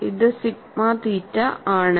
ഇത് sigma theta ആണ്